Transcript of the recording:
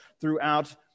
throughout